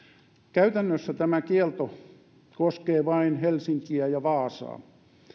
käytännössä tämä kielto koskee vain helsinkiä ja vaasaa